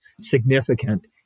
significant